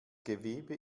gewebe